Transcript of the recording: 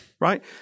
right